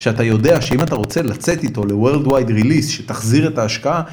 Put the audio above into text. שאתה יודע שאם אתה רוצה לצאת איתו לworldwide release שתחזיר את ההשקעה